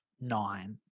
nine